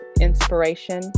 inspiration